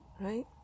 right